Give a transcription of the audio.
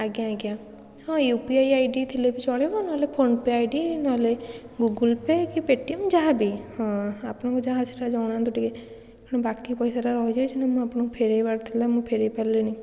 ଆଜ୍ଞା ଆଜ୍ଞା ହଁ U P I I D ଥିଲେ ବି ଚଳିବ ନହେଲେ ଫୋନ୍ ପେ' ଆଇ ଡ଼ି ନହେଲେ ଗୁଗୁଲ୍ ପେ' କି ପେଟିଏମ୍ ଯାହାବି ହଁ ଆପଣଙ୍କ ଯାହା ଅଛି ସେଇଟା ଜଣାନ୍ତୁ ଟିକିଏ ବାକି ପଇସାଟା ରହିଯାଇଛି ନା ମୁଁ ଆପଣଙ୍କୁ ଫେରେଇବାର ଥିଲା ମୁଁ ଫେରେଇ ପାରିଲିନି